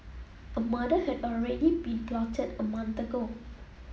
a murder had already been plotted a month ago